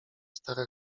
stara